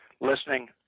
listening –